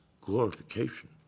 glorification